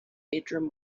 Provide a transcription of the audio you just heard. bedroom